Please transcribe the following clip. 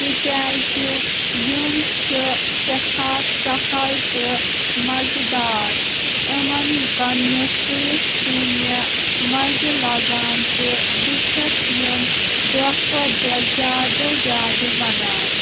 تَکیٛازِ یِم چھِ سٮ۪ٹھاہ سَہَل تہٕ مَزٕدار یِمَن وَنٛنہٕ سۭتۍ چُھ مےٚ مَزٕ لَگان تہٕ بہٕ چھس یِم دۄہ کھۄتہ دۄہ زِیادٕ زِیادٕ وَنان